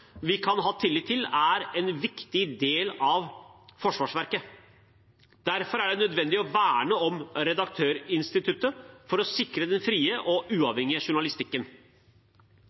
vi kan ha tillit til, er en viktig del av forsvarsverket. Derfor er det nødvendig å verne om redaktørinstituttet for å sikre den frie og uavhengige journalistikken.